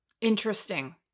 Interesting